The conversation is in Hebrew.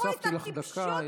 הוספתי לך דקה.